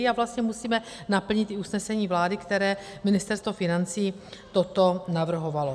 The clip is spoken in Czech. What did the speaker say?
A vlastně musíme naplnit usnesení vlády, které Ministerstvo financí toto navrhovalo.